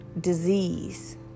disease